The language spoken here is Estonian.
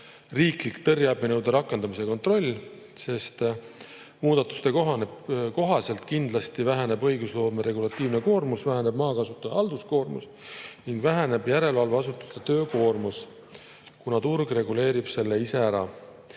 tõrje abinõude rakendamise kontroll. Muudatuse kohaselt kindlasti väheneb õigusloome regulatsiooni [maht], väheneb maakasutaja halduskoormus ning väheneb järelevalveasutuste töökoormus, kuna turg reguleerib selle ise ära.